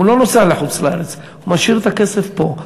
הוא לא נוסע לחוץ-לארץ, הוא משאיר את הכסף פה.